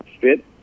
fit